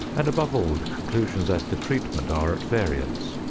and above all the conclusions as to treatment are at variance,